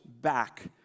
back